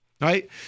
right